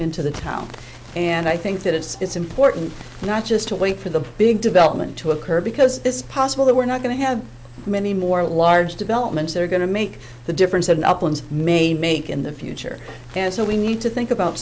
into the town and i think that it's important not just to wait for the big development to occur because it's possible that we're not going to have many more large developments that are going to make the difference and uplands may make in the future and so we need to think about